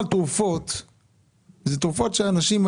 אסור שלא תהיה בשבילם תרופה בסל הבריאות.